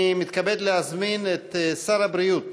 אני מתכבד להזמין את שר הבריאות,